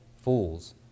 fools